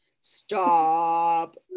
Stop